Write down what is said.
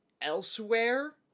elsewhere